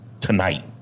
tonight